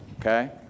okay